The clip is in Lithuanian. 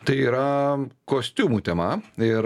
tai yra kostiumų tema ir